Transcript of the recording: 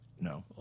No